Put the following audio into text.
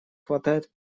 хватает